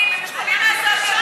הם לא עובדים,